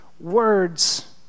words